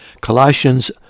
Colossians